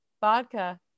Vodka